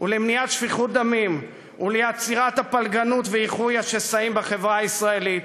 ולמניעת שפיכות דמים ולעצירת הפלגנות ואיחוי השסעים בחברה הישראלית,